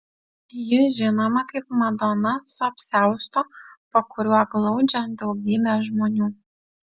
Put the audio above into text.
ji žinoma kaip madona su apsiaustu po kuriuo glaudžia daugybę žmonių